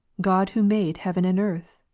god who made heaven and earth?